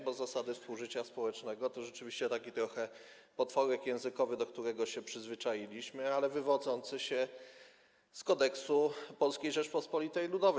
Bo „zasady współżycia społecznego” to rzeczywiście taki trochę potworek językowy, do którego się przyzwyczailiśmy, ale wywodzący się z kodeksu Polskiej Rzeczypospolitej Ludowej.